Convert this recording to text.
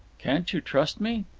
can't you trust me?